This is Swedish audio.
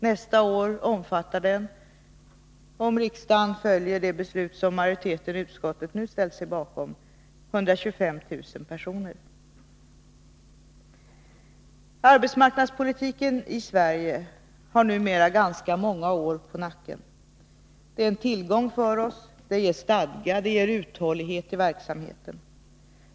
Nästa år omfattar den, om riksdagen följer det beslut majoriteten i utskottet nu ställt sig bakom, 125 000 personer. Arbetsmarknadspolitiken i Sverige har numera ganska många år på nacken. Det är en tillgång för oss, det ger stadga och uthållighet i verksamheten.